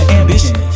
ambition